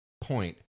point